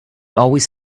always